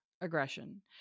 aggression